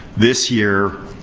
this year,